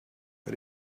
but